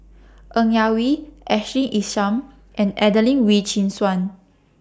N Yak Whee Ashley Isham and Adelene Wee Chin Suan